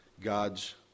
God's